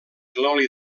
l’oli